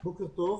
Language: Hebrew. בוקר טוב.